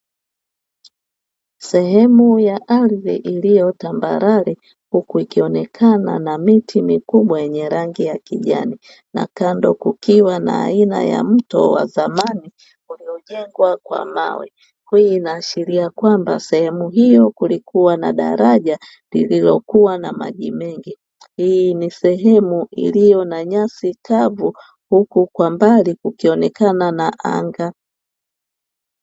Sehemu ya ardhi iliyo tambarare huku ikionekana na miti mikubwa yenye rangi ya kijani, na kando kukiwa na aina ya mto wa zamani uliojengwa kwa mawe. Hii inaashiria kwamba sehemu hiyo kulikuwa na daraja lililokuwa na maji mengi; hii ni sehemu iliyo na nyasi kavu huku kwa mbali kukionekana na anga.